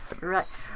Right